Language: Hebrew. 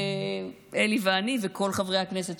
אלי ואני וכל חברי הכנסת,